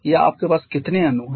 या आपके पास कितने अणु हैं